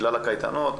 בגלל הקייטנות,